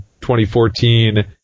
2014